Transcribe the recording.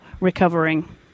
recovering